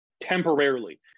temporarily